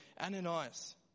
Ananias